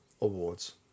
awards